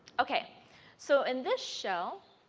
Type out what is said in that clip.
okay so in this shell,